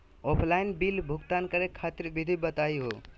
Offline bill भुगतान करे खातिर विधि बताही हो?